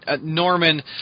Norman